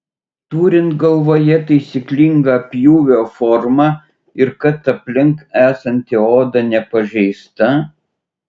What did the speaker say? turint galvoje taisyklingą pjūvio formą ir kad aplink esanti oda nepažeista